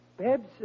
Babs